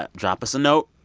ah drop us a note.